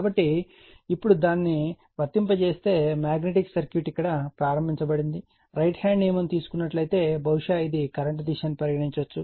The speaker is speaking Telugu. కాబట్టి ఇప్పుడు దానిని వర్తింపజేస్తే మాగ్నెటిక్ సర్క్యూట్ ఇక్కడ ప్రారంభించబడింది రైట్ హ్యాండ్ నియమం తీసుకున్నట్లైతే బహుశా ఇది కరెంట్ దిశ అని పరిగణించండి